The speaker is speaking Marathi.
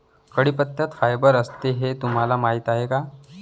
कढीपत्त्यात फायबर असते हे तुम्हाला माहीत आहे का?